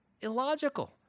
illogical